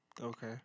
Okay